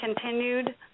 continued